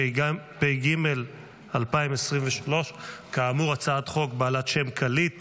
התשפ"ג 2023. כאמור הצעת חוק בעלת שם קליט